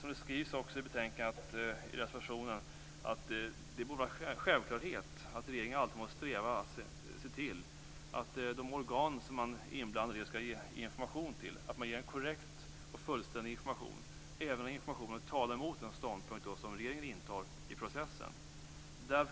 Som det skrivs i reservationen borde det vara en självklarhet att regeringen alltid måste sträva efter att se till att de organ som man är inblandad i och skall ge information till får en korrekt och fullständig information, även om informationen talar emot den ståndpunkt som regeringen intar i processen.